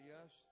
Yes